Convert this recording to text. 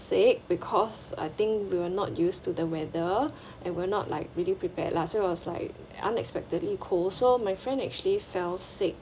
sick because I think we're not used to the weather and we were not like ready prepared lah so was like unexpectedly cold so my friend actually fell sick